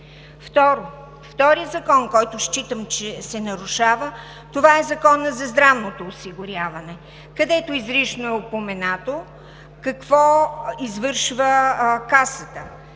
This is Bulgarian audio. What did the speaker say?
втори закон, който считам че се нарушава, е Законът за здравното осигуряване. Там изрично е упоменато какво извършва Касата